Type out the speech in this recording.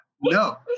no